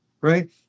right